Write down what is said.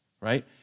right